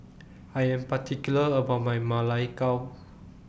I Am particular about My Ma Lai Gao